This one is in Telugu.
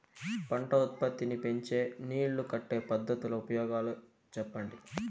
పంట ఉత్పత్తి నీ పెంచే నీళ్లు కట్టే పద్ధతుల ఉపయోగాలు చెప్పండి?